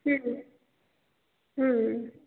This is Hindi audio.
हूँ हूँ